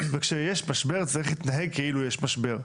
כאשר יש משבר צריך להתנהג כאילו יש משבר.